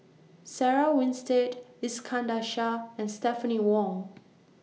Sarah Winstedt Iskandar Shah and Stephanie Wong